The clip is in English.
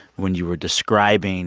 when you were describing